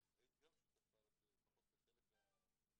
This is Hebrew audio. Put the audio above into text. שהיית גם שותפה לו לפחות בחלק מההתנהלות,